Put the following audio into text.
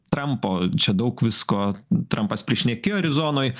trampo čia daug visko trampas prišnekėjo arizonoj